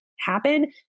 happen